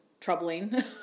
Troubling